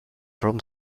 from